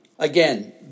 Again